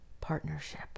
partnership